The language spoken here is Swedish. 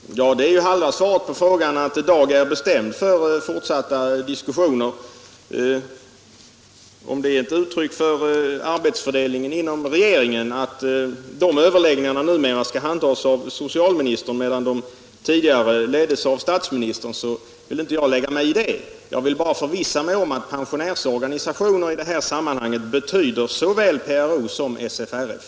Herr talman! Det är ju halva svaret på frågan — att dag är bestämd för fortsatta diskussioner. Om det är ett uttryck för arbetsfördelningen inom regeringen att de överläggningarna numera skall handhas av socialministern, medan de tidigare leddes av statsministern, så vill inte jag lägga mig i det. Jag vill bara förvissa mig om att pensionärsorganisationer i det här sammanhanget betyder såväl PRO som SFRF.